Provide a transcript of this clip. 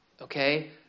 okay